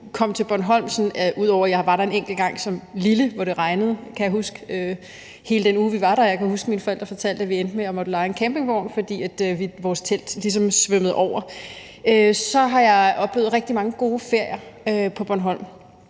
jeg kom til Bornholm, var i 2004 – ud over den enkelte gang som lille, hvor det regnede, kan jeg huske, hele den uge, vi var der, og jeg kan huske, at mine forældre fortalte, at vi endte med at måtte leje en campingvogn, fordi vores telt ligesom var oversvømmet. Men jeg har oplevet rigtig mange gode ferier på Bornholm.